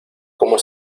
cómo